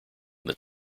that